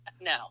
No